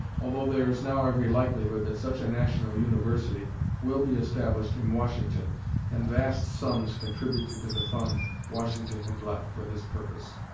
although there is now every likelihood that such a national university will be established in washington and vast sums contributed to the fund washington had left for this purpose.